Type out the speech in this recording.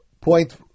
point